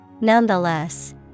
nonetheless